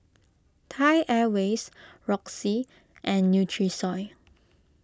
Thai Airways Roxy and Nutrisoy